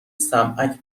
سمعک